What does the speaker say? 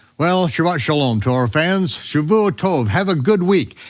well, shabbat shalom to our fans, shavua tov, have a good week.